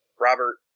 Robert